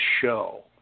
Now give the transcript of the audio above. show